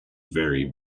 vary